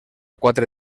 quatre